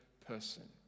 person